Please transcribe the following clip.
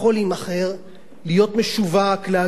להיות משווק, להגיע, רק כאן,